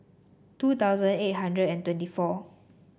two thousand eight hundred and twenty four